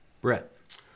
Brett